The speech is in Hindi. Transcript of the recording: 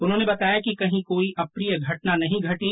उन्होंने बताया कि कहीं कोई अप्रिय घटना नहीं घटी